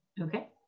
Okay